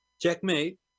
checkmate